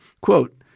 Quote